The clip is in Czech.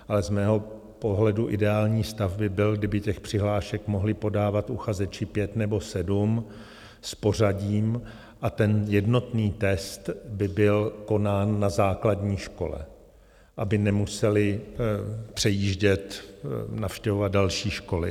Ale z mého pohledu ideální stav by byl, kdyby těch přihlášek mohli podávat uchazeči pět nebo sedm s pořadím a jednotný test by byl konán na základní škole, aby nemuseli přejíždět, navštěvovat další školy.